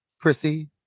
Chrissy